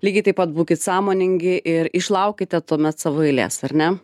lygiai taip pat būkit sąmoningi ir išlaukite tuomet savo eilės ar ne